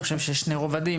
אני חושב שיש שני רבדים,